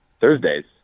Thursdays